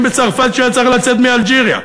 בצרפת כשהוא היה צריך לצאת מאלג'יריה.